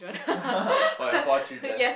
for your four children